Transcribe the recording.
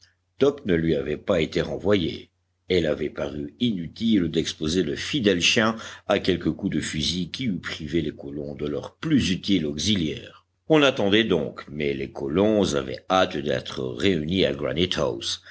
top ne lui avait pas été renvoyé et il avait paru inutile d'exposer le fidèle chien à quelque coup de fusil qui eût privé les colons de leur plus utile auxiliaire on attendait donc mais les colons avaient hâte d'être réunis à